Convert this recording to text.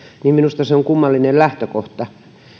minusta se on kummallinen lähtökohta